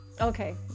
Okay